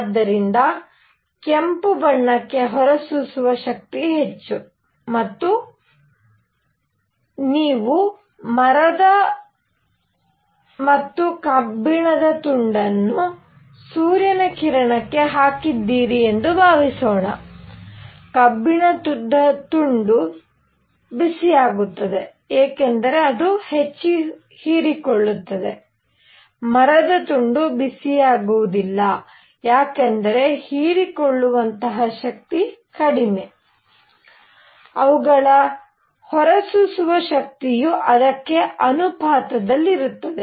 ಆದ್ದರಿಂದ ಕೆಂಪು ಬಣ್ಣಕ್ಕೆ ಹೊರಸೂಸುವ ಶಕ್ತಿ ಹೆಚ್ಚು ಅಥವಾ ನೀವು ಮರದ ಮತ್ತು ಕಬ್ಬಿಣದ ತುಂಡನ್ನು ಸೂರ್ಯನ ಕಿರಣಕ್ಕೆ ಹಾಕಿದ್ದೀರಿ ಎಂದು ಭಾವಿಸೋಣ ಕಬ್ಬಿಣದ ತುಂಡು ಬಿಸಿಯಾಗುತ್ತದೆ ಏಕೆಂದರೆ ಅದು ಹೆಚ್ಚು ಹೀರಿಕೊಳ್ಳುತ್ತದೆ ಮರದ ತುಂಡು ಬಿಸಿಯಾಗುವುದಿಲ್ಲ ಏಕೆಂದರೆ ಹೀರಿಕೊಳ್ಳುವ ಶಕ್ತಿ ಕಡಿಮೆ ಅವುಗಳ ಹೊರಸೂಸುವ ಶಕ್ತಿಯು ಅದಕ್ಕೆ ಅನುಪಾತದಲ್ಲಿರುತ್ತದೆ